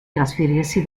trasferirsi